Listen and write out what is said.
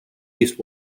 east